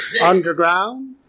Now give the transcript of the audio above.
underground